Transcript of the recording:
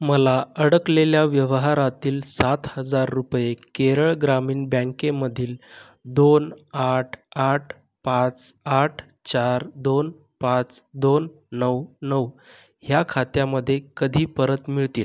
मला अडकलेल्या व्यवहारातील सात हजार रुपये केरळ ग्रामीण बँकेमधील दोन आठ आठ पाच आठ चार दोन पाच दोन नऊ नऊ ह्या खात्यामध्ये कधी परत मिळतील